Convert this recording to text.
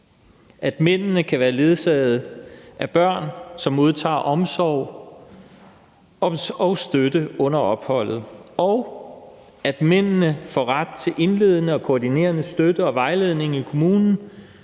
at mændene kan være ledsaget af børnene, som modtager omsorg og støtte under opholdet, og at mændene får ret til en indledende og koordinerende støtte og vejledning i kommunen,